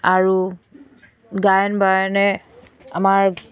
আৰু গায়ন বায়নে আমাৰ